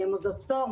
מוסדות פטור,